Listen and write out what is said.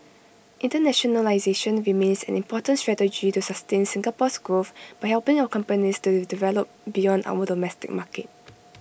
internationalisation remains an important strategy to sustain Singapore's growth by helping our companies to develop beyond our domestic market